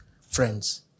Friends